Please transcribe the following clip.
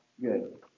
good